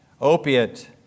Opiate